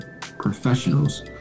professionals